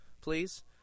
please